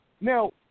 Now